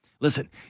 Listen